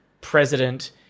president